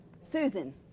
Susan